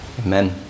Amen